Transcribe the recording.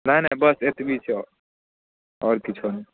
नहि नहि बस एतबी छै आओर किछो नहि